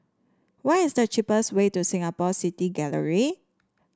what is the cheapest way to Singapore City Gallery